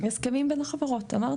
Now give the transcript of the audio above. הסכמים בין החברות, אמרתי.